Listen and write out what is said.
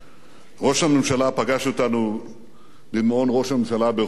ראש הממשלה פגש אותנו במעון ראש הממשלה ברחוב בלפור,